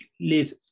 live